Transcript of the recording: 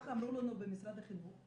ככה אמרו לנו במשרד החינוך.